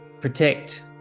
protect